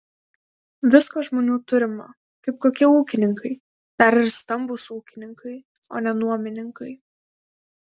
visko žmonių turima kaip kokie ūkininkai dar ir stambūs ūkininkai o ne nuomininkai